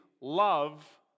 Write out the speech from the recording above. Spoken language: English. love